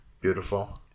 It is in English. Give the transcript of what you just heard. Beautiful